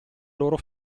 loro